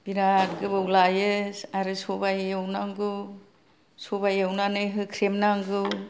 बिरात गोबाव लायो आरो सबाइ एवनांगौ सबाइ एवनानै होख्रेमनांगौ